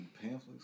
pamphlets